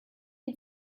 had